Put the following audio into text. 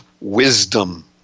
wisdom